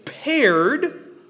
paired